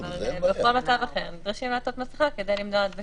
בכל מצב אחר נדרשים לעטות מסכה כדי למנוע הדבקה.